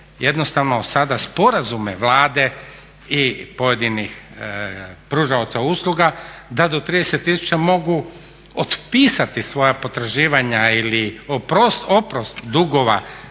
jednostavno sada sporazume Vlade i pojedinih pružaoca usluga da do 30 tisuća mogu otpisati svoja potraživanja ili oprost dugova,